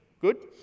Good